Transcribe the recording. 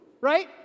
right